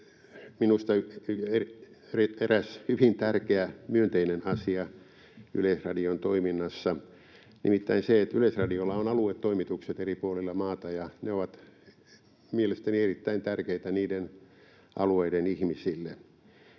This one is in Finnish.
minusta eräs hyvin tärkeä myönteinen asia Yleisradion toiminnassa, nimittäin se, että Yleisradiolla on aluetoimitukset eri puolilla maata, ja ne ovat mielestäni erittäin tärkeitä niiden alueiden ihmisille.